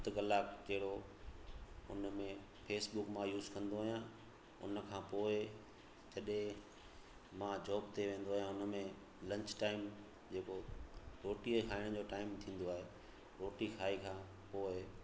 अधु कलाकु जहिड़ो हुन में फेसबुक मां यूज़ कंदो आहियां हुन खां पोइ जॾहिं मां जॉब ते वेंदो आहियां हुन में लंच टाइम जेको रोटीअ खाइण जो टाइम थींदो आहे रोटी खाई खां पोइ